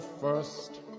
first